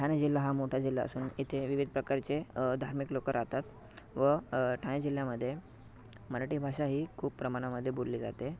ठाणे जिल्हा हा मोठा जिल्हा असून इथे विविध प्रकारचे धार्मिक लोक राहतात व ठाणे जिल्ह्यामध्ये मराठी भाषा ही खूप प्रमाणामध्ये बोलली जाते